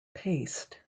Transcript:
paste